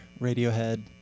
Radiohead